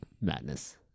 Madness